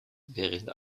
während